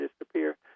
disappear